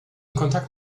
kontakt